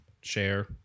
share